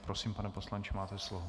Prosím, pane poslanče, máte slovo.